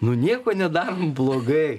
nu nieko nedarom blogai